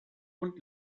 und